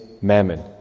mammon